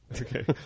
Okay